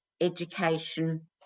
education